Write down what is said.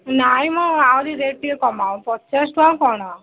ନାଇଁ ମ ଆହୁରି ରେଟ୍ ଟିକେ କମାଅ ପଚାଶ ଟଙ୍କା କ'ଣ